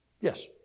Yes